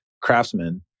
craftsmen